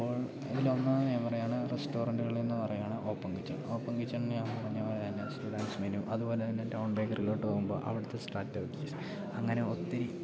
ഇപ്പോൾ ഇതിലൊന്ന് ഞാൻ പറയുകയാണ് റെസ്റ്റോറെൻറ്റുകളെന്ന് പറയുകയാണ് ഓപ്പൺ കിച്ചൺ ഓപ്പൺ കിച്ചൺ ഞാൻ പറഞ്ഞ പോലെത്തന്നെ സ്റ്റുഡൻസ് മെനു അതു പോലെ തന്നെ ടൗൺ ബേക്കറിയിലോട്ട് പോകുമ്പോൾ അവിടുത്തെ സ്ട്രാറ്റജീസ് അങ്ങനെ ഒത്തിരി